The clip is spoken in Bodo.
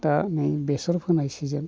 दा बेसर फोनाय सिजोन